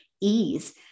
ease